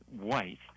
white